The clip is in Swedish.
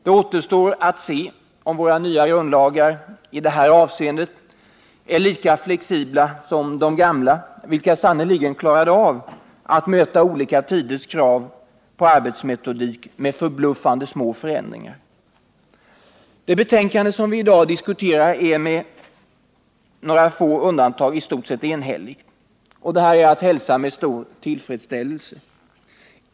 Det återstår att se om våra nya grundlagar i det här avseendet är lika flexibla som de gamla, vilka sannerligen klarade av att möta olika tiders krav på arbetsmetodik med förbluffande små förändringar. Det betänkande som vi i dag diskuterar är med några få undantag i stort sett enhälligt, och det är att hälsa med stor tillfredsställelse.